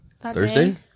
Thursday